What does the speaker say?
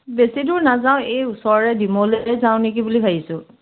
বেছি দূৰ নাযাওঁ এই ওচৰৰে ডিমৌলৈকে যাওঁ নেকি বুলি ভাবিছোঁ